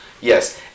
Yes